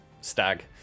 stag